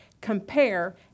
compare